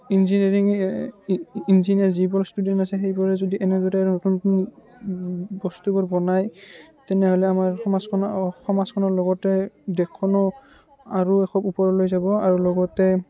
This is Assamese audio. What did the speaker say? ইঞ্জিনিয়াৰিং ইঞ্জিনিয়াৰ যিবোৰ ষ্টুডেন্ট আছে সেইবোৰে যদি এনেদৰে নতুন নতুন বস্তুবোৰ বনায় তেনেহ'লে আমাৰ সমাজখনৰ অঁ সমাজখনৰ লগতে দেশখনো আৰু এখোপ ওপৰলৈ যাব আৰু লগতে